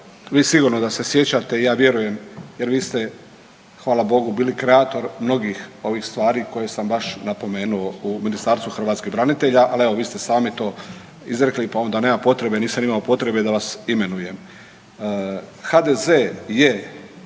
vi sigurno da se sjećate i ja vjerujem jer vi ste hvala Bogu bili kreator mnogih ovih stvari koje sam baš napomenuo u Ministarstvu hrvatskih branitelja, ali evo vi ste sami to izrekli pa onda nema potrebe, nisam imamo potrebe da vas imenujem.